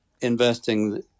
investing